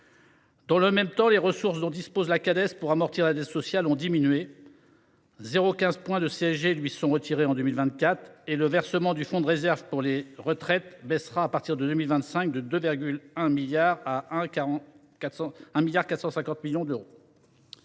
Dans le même temps, les ressources dont dispose la Cades pour amortir la dette sociale ont diminué : 0,15 point de CSG lui est retiré en 2024 et le versement du Fonds de réserve pour les retraites passera, à partir de 2025, de 2,1 milliards à 1,45 milliard d’euros.